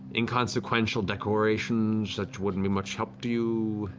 inconsequential decorations that wouldn't be much help to you,